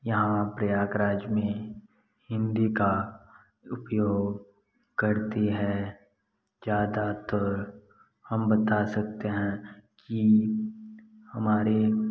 यहाँ प्रयागराज में हिन्दी का उपयोग करती है ज़्यादातर हम बता सकते हैं की हमारे